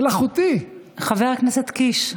מלאכותי, חבר הכנסת קיש.